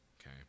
okay